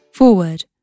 Forward